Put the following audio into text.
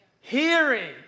Hearing